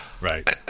Right